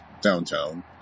downtown